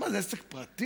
מה זה, עסק פרטי?